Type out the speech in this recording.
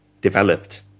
developed